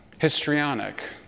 Histrionic